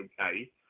okay